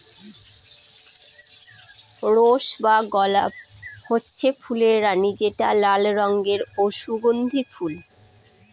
rose বা গলাপ হচ্ছে ফুলের রানী যেটা লাল রঙের ও সুগন্ধি ফুল